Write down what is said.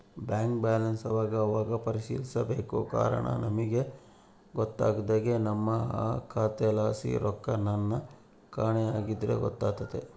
bank ಬ್ಯಾಲನ್ಸನ್ ಅವಾಗವಾಗ ಪರಿಶೀಲಿಸ್ಬೇಕು ಕಾರಣ ನಮಿಗ್ ಗೊತ್ತಾಗ್ದೆ ನಮ್ಮ ಖಾತೆಲಾಸಿ ರೊಕ್ಕೆನನ ಕಾಣೆ ಆಗಿದ್ರ ಗೊತ್ತಾತೆತೆ